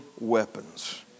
weapons